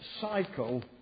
cycle